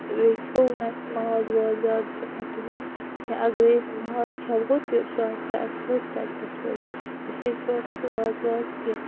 بیٚیہ کھیٚو نہٕ اَسہِ ماز واز زیادٕ تِمَن دۄہن کینہہ اَگَرے أسۍ ماز کمہو تیٚلہِ سُہ اژِ ہا اَسہِ سیٚود ٹیٚنٹَس منٛز اِسلیے کھیٚو نہٕ اَسہِ ماز واز کیٚنٛہہ